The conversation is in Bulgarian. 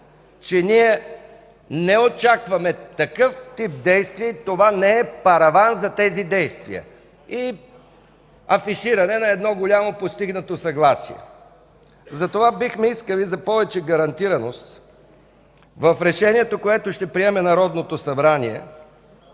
че ние не очакваме такъв тип действие и това не е параван за тези действия и афиширане на едно голямо постигнато съгласие. Затова бихме искали за повече гарантираност в решението, което ще приеме Народното събрание,